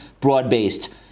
broad-based